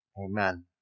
Amen